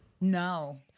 No